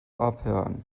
abhören